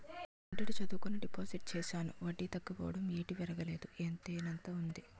గుంటడి చదువుకని డిపాజిట్ చేశాను వడ్డీ తగ్గిపోవడం ఏటి పెరగలేదు ఎంతేసానంతే ఉంది